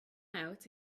out